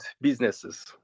businesses